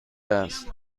است